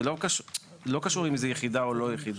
ולא קשור אם זו יחידה או לא יחידה.